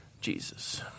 Jesus